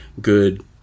good